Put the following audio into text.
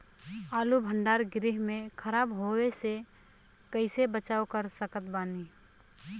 आलू भंडार गृह में खराब होवे से कइसे बचाव कर सकत बानी?